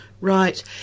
Right